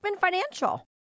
Financial